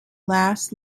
lasts